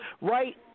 right